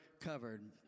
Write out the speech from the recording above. covered